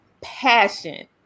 passion